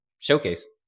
Showcase